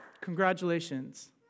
Congratulations